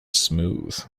smooth